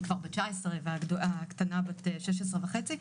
היא כבר בת 19 והקטנה בת 16 וחצי,